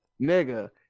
Nigga